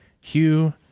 Hugh